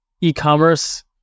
e-commerce